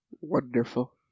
wonderful